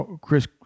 Chris